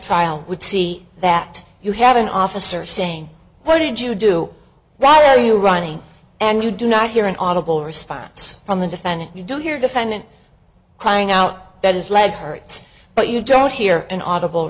trial would see that you have an officer saying what did you do right oh you ronnie and you do not hear an audible response from the defendant you don't hear defendant crying out that his leg hurts but you don't hear an audible